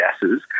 gases